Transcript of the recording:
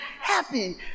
happy